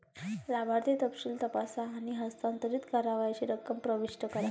लाभार्थी तपशील तपासा आणि हस्तांतरित करावयाची रक्कम प्रविष्ट करा